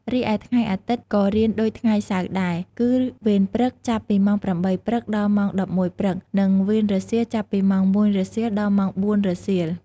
រីឯថ្ងៃអាទិត្យ ក៏រៀនដូចថ្ងៃសៅរ៍ដែរ គឺ វេនព្រឹក ចាប់ពីម៉ោង ៨ ព្រឹក ដល់ម៉ោង ១១ ព្រឹក និង វេនរសៀល ចាប់ពីម៉ោង ១ រសៀល ដល់ម៉ោង ៤ រសៀល។